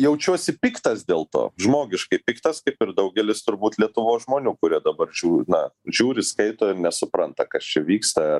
jaučiausi piktas dėl to žmogiškai piktas kaip ir daugelis turbūt lietuvos žmonių kurie dabarčių na žiūri skaito ir nesupranta kas čia vyksta